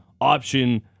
option